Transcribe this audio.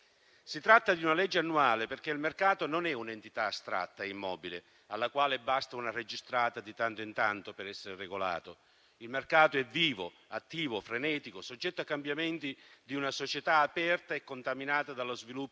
Si tratta di una legge annuale, perché il mercato non è un'entità astratta e immobile, alla quale basta una registrata di tanto in tanto per essere regolato. Il mercato è vivo, attivo, frenetico, soggetto ai cambiamenti di una società aperta e contaminata dallo sviluppo